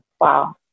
Wow